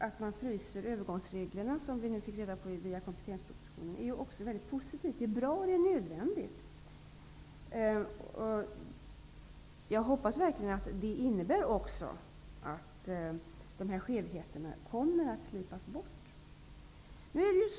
Att man fryser övergångsreglerna -- som vi nu fick reda på via kompletteringspropositionen -- är positivt. Det är bra och det är nödvändigt. Jag hoppas verkligen att det också innebär att skevheterna kommer att slipas bort.